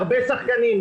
הרבה שחקנים,